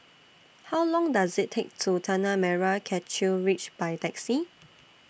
How Long Does IT Take to get to Tanah Merah Kechil Ridge By Taxi